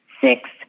six